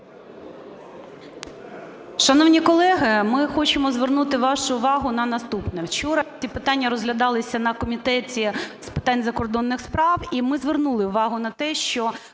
Шановні колеги, ми хочемо звернути вашу увагу на наступне. Вчора ці питання розглядалися на Комітеті з питань закордонних справ, і ми звернули увагу на те, що